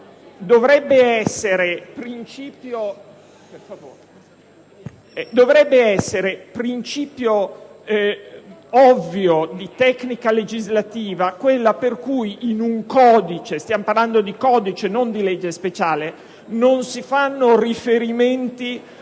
Dovrebbe essere principio ovvio di tecnica legislativa quello per cui in un codice - stiamo parlando